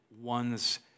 one's